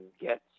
get